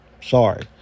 sorry